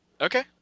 Okay